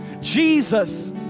Jesus